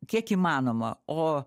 kiek įmanoma o